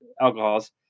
alcohols